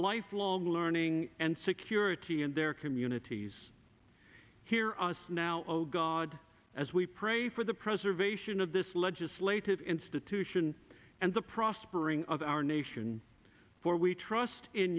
lifelong learning and security in their communities hear us now oh god as we pray for the preservation of this legislative institution and the prospering of our nation for we trust in